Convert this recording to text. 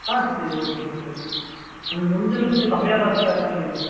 ஆ சரி ஓகேங்க சார் கொஞ்சம் முடிஞ்ச அளவுக்கு கொஞ்சம் கம்மியாக பார்த்து க பண்ணி கொடுங்க சார்